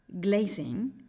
glazing